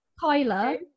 Tyler